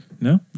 no